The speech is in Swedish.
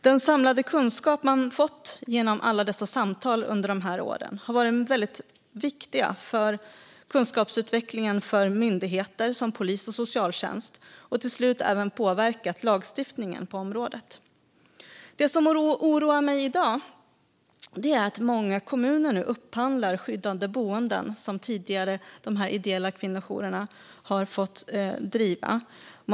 Den samlade kunskap som man fått genom alla samtal under dessa år har varit väldigt viktig när det gäller kunskapsutvecklingen i myndigheter, som polis och socialtjänst, och har till slut även påverkat lagstiftningen på området. Det som oroar mig i dag är att många kommuner nu upphandlar skyddade boenden, som de ideella kvinnojourerna tidigare har fått driva.